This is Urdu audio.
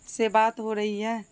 سے بات ہو رہی ہے